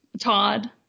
Todd